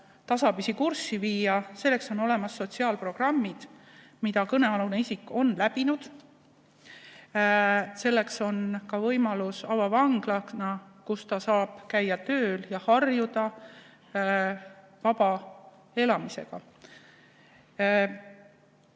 tasapisi kurssi viia. Selleks on olemas sotsiaalprogrammid, mis kõnealune isik on läbinud. Selleks on ka võimalus olla avavanglas, kus ta saab käia tööl ja harjuda vabana elamisega.